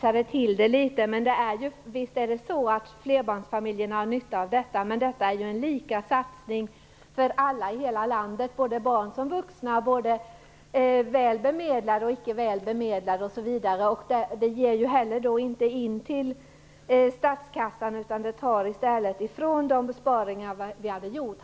Fru talman! Jag ber om ursäkt om jag spetsade till det litet. Visst har flerbarnsfamiljerna nytta av detta. Men detta är ju en satsning som är lika för alla i hela landet, både barn och vuxna, både väl bemedlade och icke väl bemedlade osv. Den ger inte heller någonting till statskassan utan tar från de besparingar vi hade kunnat göra.